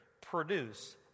produce